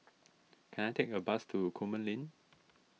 can I take a bus to Coleman Lane